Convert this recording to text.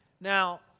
Now